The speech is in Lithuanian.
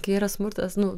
kai yra smurtas nu